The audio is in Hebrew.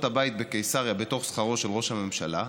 הבית בקיסריה בתוך שכרו של ראש הממשלה,